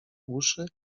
uszy